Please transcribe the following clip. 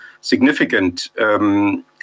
significant